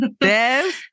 Yes